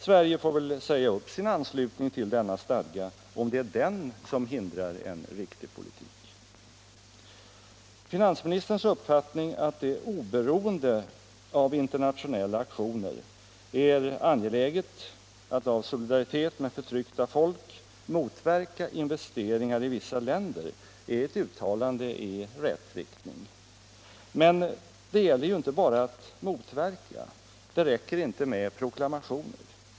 Sverige får väl säga upp sin anslutning till denna stadga, om det är den som hindrar en riktig politik. Finansministerns uppfattning att det, oberoende av internationella aktioner, är angeläget att av solidaritet med förtryckta folk motverka investeringar i vissa länder är ett uttalande i rätt riktning. Men det gäller ju inte bara att motverka, och det räcker inte med proklamationer.